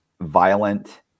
violent